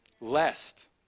Lest